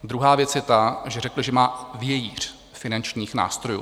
Druhá věc je ta, že řekl, že má vějíř finančních nástrojů.